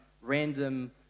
random